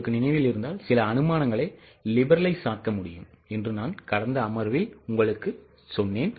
உங்களுக்கு நினைவில் இருந்தால் சில அனுமானங்களை liberalize ஆக்க முடியும் என்று நான் கடந்த அமர்வில் உங்களுக்குச் சொன்னேன்